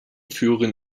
führen